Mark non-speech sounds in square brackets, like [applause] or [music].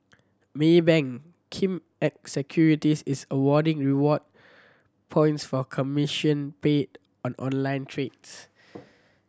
Maybank Kim Eng Securities is awarding reward points for commission paid on online trades [noise]